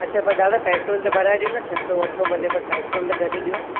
अच्छा पर दादा पेट्रोल त भराए ॾियो छह सौ वठो भले पर पेट्रोल त गॾु ॾियो